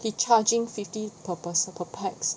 they charging fifty per person per pax